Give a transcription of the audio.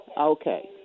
Okay